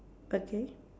okay